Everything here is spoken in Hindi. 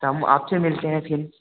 हम आप से मिलते हैं फिर